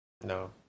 No